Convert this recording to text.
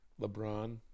LeBron